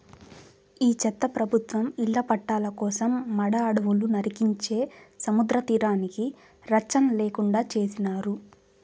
ఈ చెత్త ప్రభుత్వం ఇళ్ల పట్టాల కోసం మడ అడవులు నరికించే సముద్రతీరానికి రచ్చన లేకుండా చేసినారు